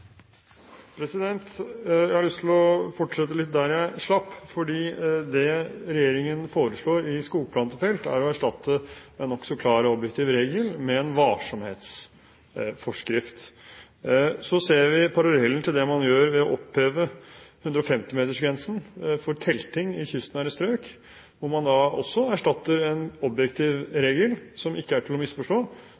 å erstatte en nokså klar og objektiv regel med en varsomhetsforskrift. Så ser vi parallellen til det man gjør ved å oppheve 150-metergrensen for telting i kystnære strøk, der man også erstatter en objektiv